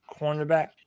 cornerback